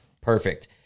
perfect